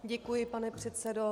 Děkuji, pane předsedo.